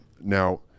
Now